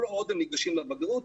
כל עוד הם ניגשים לבגרות.